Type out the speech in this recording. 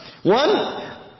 One